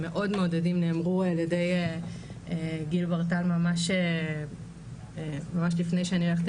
המאוד מעודדים נאמרו על ידי גיל בר טל ממש לפני שאני הלכתי